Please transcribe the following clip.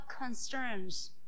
concerns